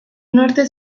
norte